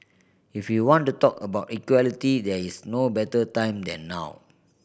if you want to talk about equality there is no better time than now